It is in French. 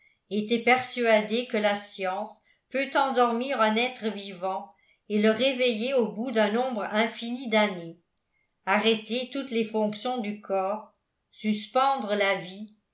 était persuadé que la science peut endormir un être vivant et le réveiller au bout d'un nombre infini d'années arrêter toutes les fonctions du corps suspendre la vie